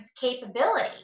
capability